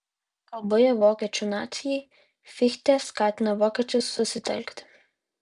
kalboje vokiečių nacijai fichtė skatina vokiečius susitelkti